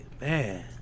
man